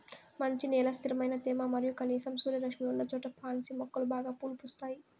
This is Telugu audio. మంచి నేల, స్థిరమైన తేమ మరియు కనీసం సూర్యరశ్మి ఉన్నచోట పాన్సి మొక్కలు బాగా పూలు పూస్తాయి